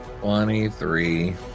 Twenty-three